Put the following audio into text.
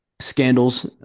scandals